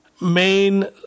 main